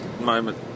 moment